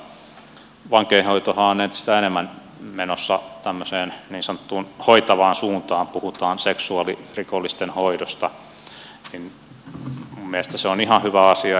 vankeinhoitohan on entistä enemmän menossa tämmöiseen niin sanottuun hoitavaan suuntaan puhutaan seksuaalirikollisten hoidosta ja minun mielestäni se on ihan hyvä asia